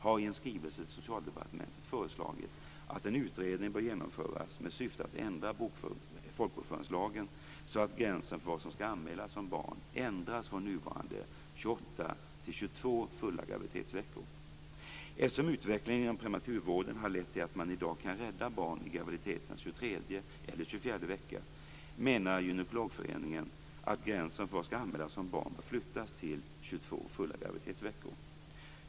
har i en skrivelse till socialdepartementet föreslagit att en utredning bör genomföras med syfte att ändra folkbokföringslagen, så att gränsen för vad som skall anmälas som barn ändras från nuvarande 28 till 22 fulla graviditetsveckor. Eftersom utvecklingen inom prematurvården har lett till att man i dag kan rädda barn i graviditetens 23:e eller 24:e vecka, menar Gynekologföreningen att gränsen för vad som skall anmälas som barn bör flyttas till 22 fulla graviditetsveckor.